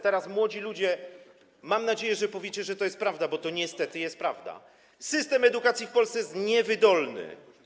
Teraz - młodzi ludzie, mam nadzieję, że powiecie, że to jest prawda, bo to niestety jest prawda - system edukacji w Polsce jest niewydolny.